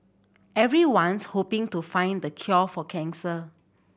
everyone's hoping to find the cure for cancer